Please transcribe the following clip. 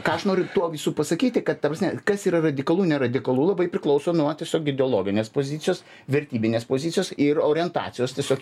ką aš noriu tuo pasakyti kad ta prasme kas yra radikalu neradikalu labai priklauso nuo tiesiog ideologinės pozicijos vertybinės pozicijos ir orientacijos tiesiog